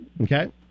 okay